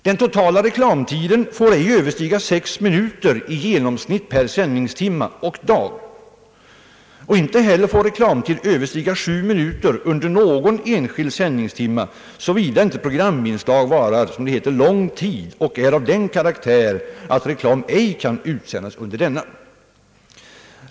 Den totala reklamtiden får ej överstiga sex minuter i genomsnitt per sändningstimme under en dag, och inte heller får reklamtid överstiga sju minuter under någon enskild sändningstimme, såvida inte programinslaget varar »lång tid» och är av den karaktär att reklam ej kan utsändas under detta.